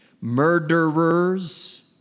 Murderers